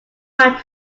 man